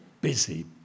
Busy